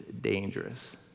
dangerous